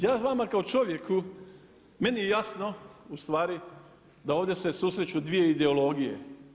Ja vama kao čovjeku, meni je jasno ustvari, da ovdje se susreću dvije ideologije.